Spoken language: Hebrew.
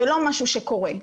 זה לא משהו שקורה.